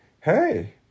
hey